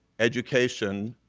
education,